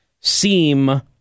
seem